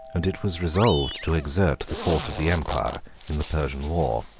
and it was resolved to exert the force of the empire in the persian war.